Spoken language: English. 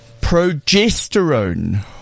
Progesterone